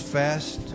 fast